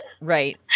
Right